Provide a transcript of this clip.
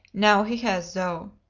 now he has, though!